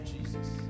Jesus